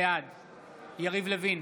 בעד יריב לוין,